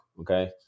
Okay